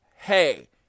hey